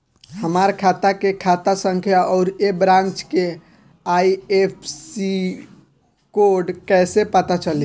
हमार खाता के खाता संख्या आउर ए ब्रांच के आई.एफ.एस.सी कोड कैसे पता चली?